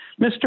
Mr